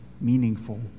meaningful